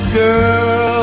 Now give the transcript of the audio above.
girl